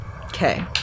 Okay